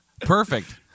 perfect